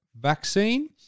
vaccine